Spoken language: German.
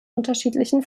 unterschiedlichen